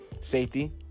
safety